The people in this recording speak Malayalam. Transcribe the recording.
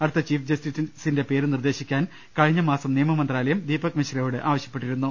അടുത്ത ചീഫ് ജസ്റ്റിസിന്റെ പേര് നിർദേശിക്കാൻ കഴിഞ്ഞ മാസം നിയമ മന്ത്രാലയം ദീപക് മിശ്രയോട് ആവശ്യപ്പെട്ടിരുന്നു